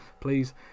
please